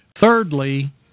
Thirdly